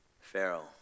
Pharaoh